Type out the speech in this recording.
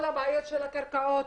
הבעיות של הקרקעות,